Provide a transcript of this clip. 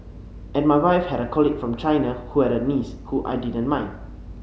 and my wife had a colleague from China who had a niece who I didn't mind